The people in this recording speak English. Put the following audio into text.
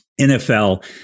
NFL